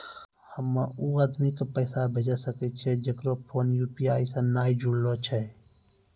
हम्मय उ आदमी के पैसा भेजै सकय छियै जेकरो फोन यु.पी.आई से नैय जूरलो छै?